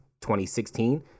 2016